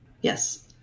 Yes